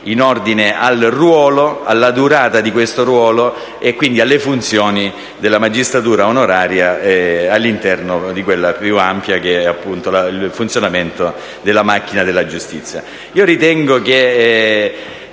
ordine al ruolo, alla durata di questo ruolo e quindi alle funzioni della magistratura onoraria all'interno del più ampio funzionamento della macchina della giustizia. Ritengo che